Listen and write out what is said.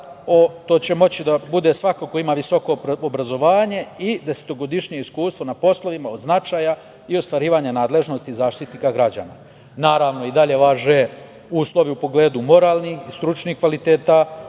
će to moći da bude svako ko ima visoko obrazovanje i desetogodišnje iskustvo na poslovima od značaja i ostvarivanja nadležnosti zaštitnika građana. Naravno i dalje važe uslovi u pogledu moralnih i stručnih kvaliteta